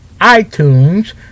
iTunes